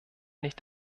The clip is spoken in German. nicht